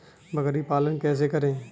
बकरी पालन कैसे करें?